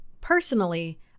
personally